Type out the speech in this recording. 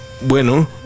Bueno